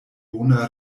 bona